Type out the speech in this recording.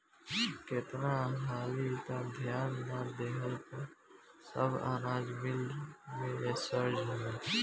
केतना हाली त ध्यान ना देहला पर सब अनाज मिल मे सड़ जाला